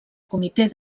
comitè